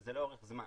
זה לאורך זמן.